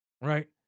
Right